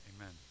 Amen